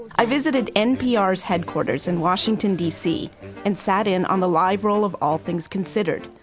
i visited npr's headquarters in washington dc and sat in on the live roll of all things considered,